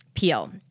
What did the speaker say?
peel